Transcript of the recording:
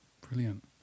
Brilliant